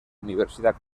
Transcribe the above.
universidad